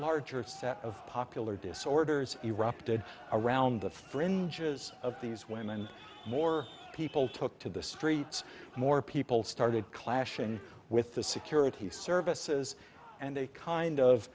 larger set of popular disorders erupted around the fringes of these women more people took to the streets more people started clashing with the security services and they kind of